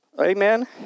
amen